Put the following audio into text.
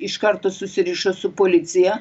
iš karto susirišo su policija